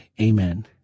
Amen